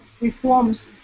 reforms